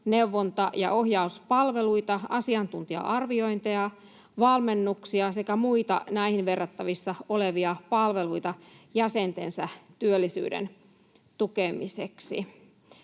neuvonta- ja ohjauspalveluita, asiantuntija-arviointeja, valmennuksia sekä muita näihin verrattavissa olevia palveluita jäsentensä työllisyyden tukemiseksi.